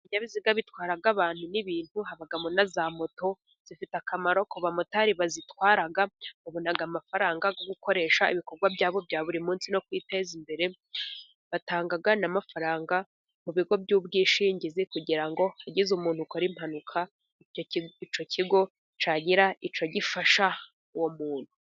Ikinyabiziga bitwara abantu n'ibintu, habamo na za moto. Zifite akamaro ku bamotari bazitwara. Babona amafaranga yo gukoresha mu bikorwa byabo bya buri munsi. Batanga n'amafaranga mu bigo by'ubwishingizi kugira ngo hagize umuntu ukora impanuka, icyo kigo cyagira icyo gifasha uwo muntu.